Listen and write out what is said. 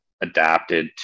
adapted